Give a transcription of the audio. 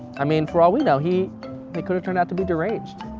i mean, for all we know, he he could've turned out to be deraged.